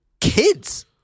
kids